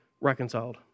reconciled